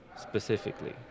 specifically